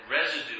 residue